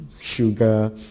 sugar